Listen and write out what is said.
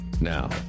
Now